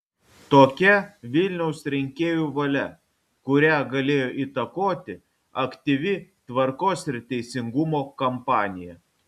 tokia vilniaus rinkėjų valia kurią galėjo įtakoti aktyvi tvarkos ir teisingumo kampanija